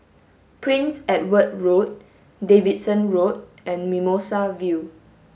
Prince Edward Road Davidson Road and Mimosa View